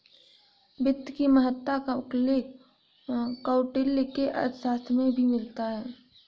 वित्त की महत्ता का उल्लेख कौटिल्य के अर्थशास्त्र में भी मिलता है